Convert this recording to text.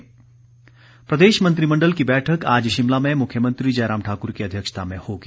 cabinet बैठक प्रदेश मंत्रिमंडल की बैठक आज शिमला में मुख्यमंत्री जयराम ठाकर की अध्यक्षत में होगी